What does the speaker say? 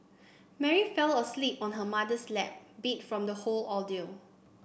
Mary fell asleep on her mother's lap beat from the whole ordeal